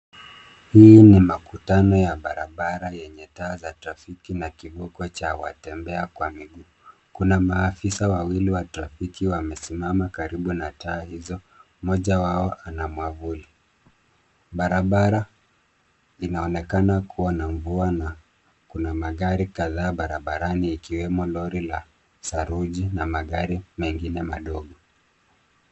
Hii ni makutano ya barabara yenye taa za trafiki na kivuko cha watembea kwa miguu. Kuna maafisa wawili wa trafiki wamesimama karibu na taa hizo. Moja wao ana mwavuli. Barabara inaonekana kuwa na mvua na kuna magari kadhaa barabarani ikiwemo lori la saruji na magari mengine madogo.